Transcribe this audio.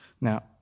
now